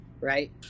right